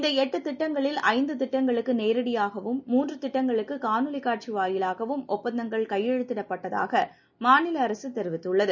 இந்த எட்டு திட்டங்களில் ஐந்து திட்டங்களுக்கு நேரடியாகவும் மூன்று திட்டங்களுக்கு காணொலி காட்சி வாயிலாகவும் ஒப்பந்தங்கள் கையெழுத்திடப்பட்டதாக மாநில அரசு தெரிவித்துள்ளது